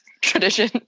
tradition